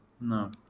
No